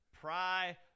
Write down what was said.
Pry